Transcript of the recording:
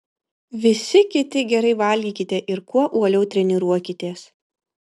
visi kiti gerai valgykite ir kuo uoliau treniruokitės